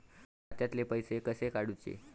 खात्यातले पैसे कसे काडूचे?